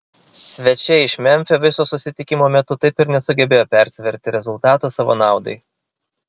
svečiai iš memfio viso susitikimo metu taip ir nesugebėjo persverti rezultato savo naudai